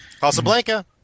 Casablanca